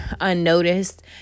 unnoticed